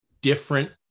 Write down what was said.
different